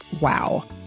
wow